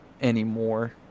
anymore